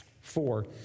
Four